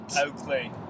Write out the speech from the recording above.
Oakley